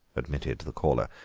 admitted the caller.